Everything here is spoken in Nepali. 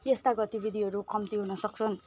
यस्ता गतिविधिहरू कम्ती हुन सक्छन्